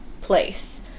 place